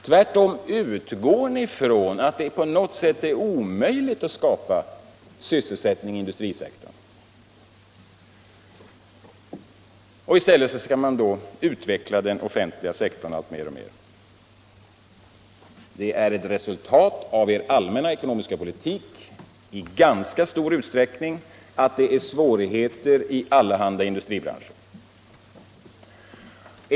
Tvärtom utgår ni från att det på något sätt är omöjligt att skapa sysselsättning i industrisektorn och att man i stället bör utveckla den offentliga sektorn alltmer. Det är i ganska stor utsträckning ett resultat av er allmänna ekonomiska politik att det förekommer svårigheter i allehanda industribranscher.